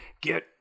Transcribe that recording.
get